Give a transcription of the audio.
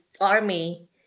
army